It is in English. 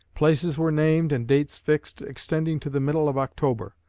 places were named and dates fixed extending to the middle of october.